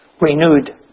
renewed